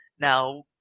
Now